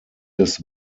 des